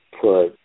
put